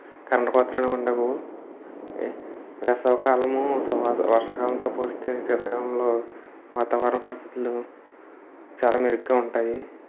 current కోతలు అనేవి ఉండవు వేసవి కాలము వర్షా కాలంతో పోలిస్తే శీతాకాలంలో వాతావరణ పరిస్థితులు చాలా మెరుగ్గా ఉంటాయి